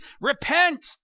repent